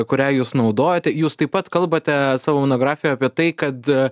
kurią jūs naudojate jūs taip pat kalbate savo monografijoj apie tai kad